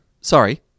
Sorry